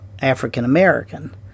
African-American